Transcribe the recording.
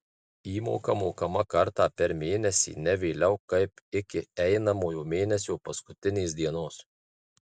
įmoka mokama kartą per mėnesį ne vėliau kaip iki einamojo mėnesio paskutinės dienos